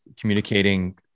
communicating